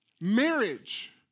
Marriage